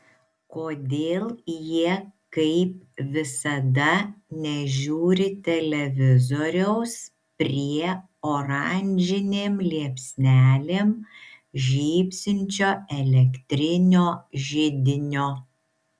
kodėl jie kaip visada nežiūri televizoriaus prie oranžinėm liepsnelėm žybsinčio elektrinio židinio